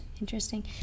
interesting